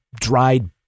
dried